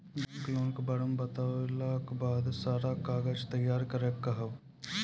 Bank loan के बारे मे बतेला के बाद सारा कागज तैयार करे के कहब?